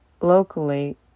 locally